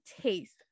taste